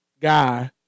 guy